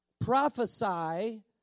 prophesy